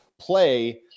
play